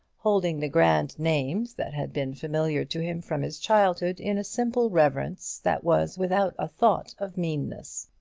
holding the grand names that had been familiar to him from his childhood in simple reverence, that was without a thought of meanness.